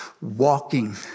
walking